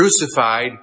crucified